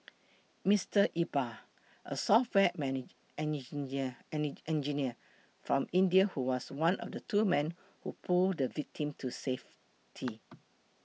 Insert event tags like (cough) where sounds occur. Mister Iqbal a software (unintelligible) (unintelligible) engineer from India who was one of two men who pulled the victim to safety